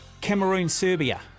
Cameroon-Serbia